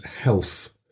health